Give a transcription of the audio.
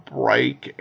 break